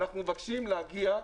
אנחנו מבקשים להגיע,